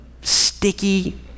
sticky